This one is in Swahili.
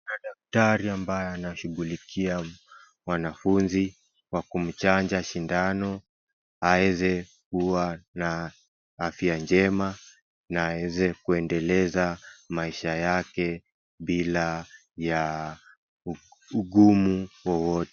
Kuna daktari ambaye anashughulikia mwanafunzi kwa kumchanja shindano aweze kuwa na afya jema na aweze kuendeleza maisha yake bila ya u, ugumu wowote.